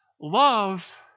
love